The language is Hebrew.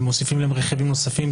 וגם מוסיפים לעונש רכיבים נוספים,